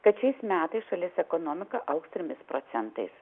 kad šiais metais šalies ekonomika augs trimis procentais